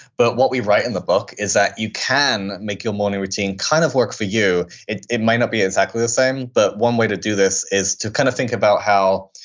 but what we write in the book is that you can make your morning routine kind of work for you. it it might not be exactly the same. but one way to do this is to kind of think about how,